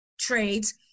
trades